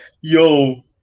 Yo